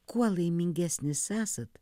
kuo laimingesnis esat